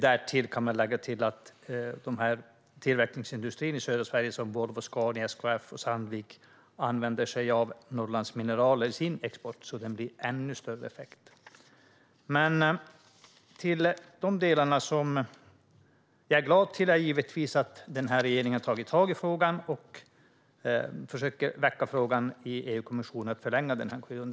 Därtill kan man lägga att tillverkningsindustrin i södra Sverige - Volvo, Scania, SKF och Sandvik - använder sig av Norrlands mineraler i sin export, så effekten blir ännu större. Till de delarna som jag blir glad över hör att regeringen har tagit tag i frågan om att förlänga korridoren och försöker väcka den i EU-kommissionen.